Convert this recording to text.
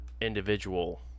individual